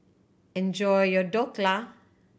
enjoy your Dhokla